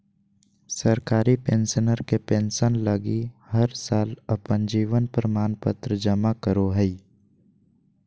सरकारी पेंशनर के पेंसन लगी हर साल अपन जीवन प्रमाण पत्र जमा करो हइ